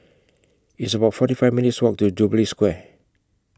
It's about forty five minutes' Walk to Jubilee Square